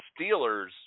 Steelers